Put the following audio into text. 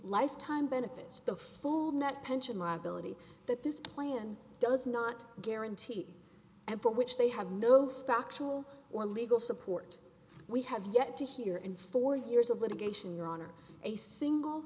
lifetime benefits the full net pension liability that this plan does not guarantee and for which they have no factual or legal support we have yet to hear in four years of litigation your honor a single